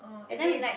and then we